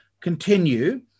continue